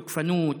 תוקפנות,